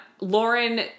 Lauren